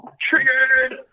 Triggered